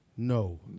No